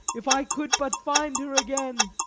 if i could but find her again!